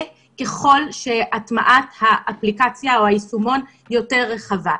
ככל שהטעמת האפליקציה או היישומון יותר רחבה.